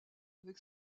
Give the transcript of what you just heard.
avec